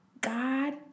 God